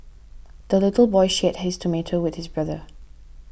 the little boy shared his tomato with his brother